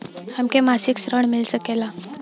हमके मासिक ऋण मिल सकेला?